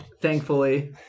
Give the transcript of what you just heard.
thankfully